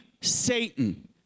Satan